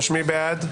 מי בעד?